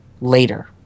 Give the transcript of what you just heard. later